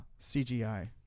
CGI